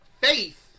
Faith